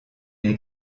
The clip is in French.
est